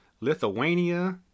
Lithuania